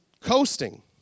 coasting